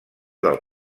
del